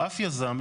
אף יזם,